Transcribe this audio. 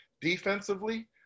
defensively